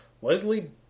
Wesley